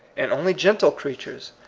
and only gentle creatures,